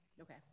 Okay